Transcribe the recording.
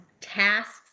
tasks